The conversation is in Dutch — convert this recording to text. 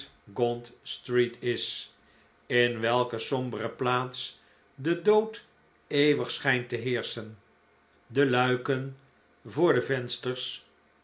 gaunt street is in welke sombere plaats de dood eeuwig schijnt te heerschen de luiken voor de vensters